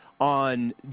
on